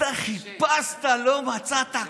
אתה חיפשת, לא מצאת.